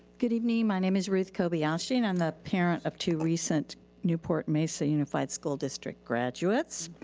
good evening. my name is ruth kobyashi and i'm the parent of two recent newport mesa unified school district graduates.